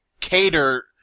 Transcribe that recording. cater